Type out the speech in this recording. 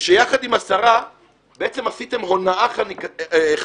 ושיחד עם השרה בעצם עשיתם הונאה חקיקתית,